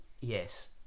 yes